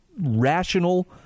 rational